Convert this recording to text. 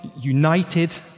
united